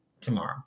tomorrow